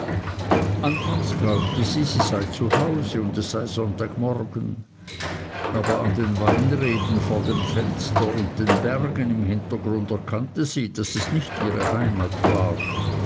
anfangs glaubte sie sie sei zu hause und es sei sonntagmorgen aber an den weinreben vor dem fenster und den bergen im hintergrunde erkannte sie daß es nicht ihre heimat war